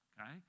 Okay